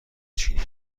چینی